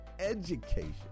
education